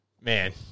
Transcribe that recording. man